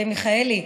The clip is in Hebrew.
מיכאלי,